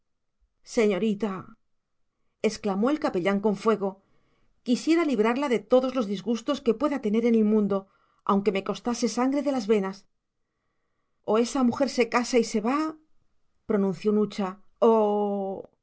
aconséjeme señorita exclamó el capellán con fuego quisiera librarla de todos los disgustos que pueda tener en el mundo aunque me costase sangre de las venas o esa mujer se casa y se va pronunció nucha o